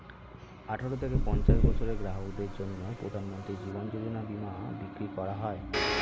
আঠারো থেকে পঞ্চাশ বছরের গ্রাহকদের জন্য প্রধানমন্ত্রী জীবন যোজনা বীমা বিক্রি করা হয়